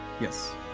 Yes